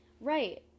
Right